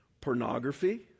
pornography